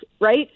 Right